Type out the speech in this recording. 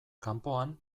kanpoan